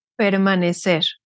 Permanecer